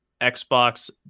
Xbox